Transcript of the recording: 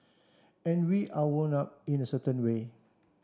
and we are wound up in a certain way